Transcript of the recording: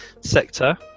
sector